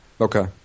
Okay